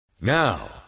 Now